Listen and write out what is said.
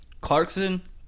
Clarkson